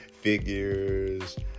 figures